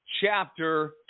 chapter